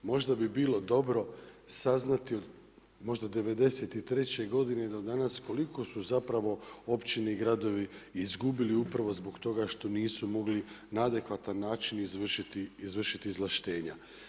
Možda bi bilo dobro saznati od, možda od '93. godine do danas koliko su zapravo općine i gradovi izgubili upravo zbog toga što nisu mogli na adekvatan način izvršiti izvlaštenja.